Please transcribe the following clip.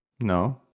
No